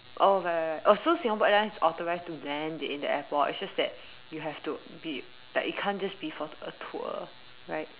oh right right oh so Singapore Airlines is authorized to land in the airport it's just that you have to be like it can't just be for like a tour right